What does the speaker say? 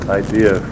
idea